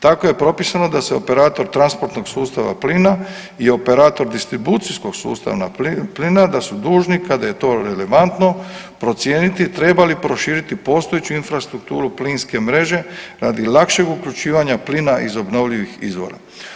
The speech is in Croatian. Tako je propisano da se operator transportnog sustava plina i operator distribucijskog sustava plina da su dužni kada je to relevantno procijeniti treba li proširiti postojeću infrastrukturu plinske mreže radi lakšeg uključivanja plina iz obnovljivih izvora.